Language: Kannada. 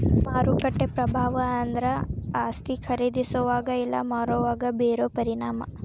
ಮಾರುಕಟ್ಟೆ ಪ್ರಭಾವ ಅಂದ್ರ ಆಸ್ತಿ ಖರೇದಿಸೋವಾಗ ಇಲ್ಲಾ ಮಾರೋವಾಗ ಬೇರೋ ಪರಿಣಾಮ